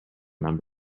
number